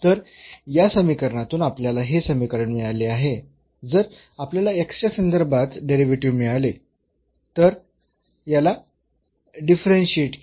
तर या समीकरणातून आपल्याला हे समीकरण मिळाले आहे जर आपल्याला च्या संदर्भात डेरिव्हेटिव्ह मिळाले जर आपण याला डिफरन्शियेट केले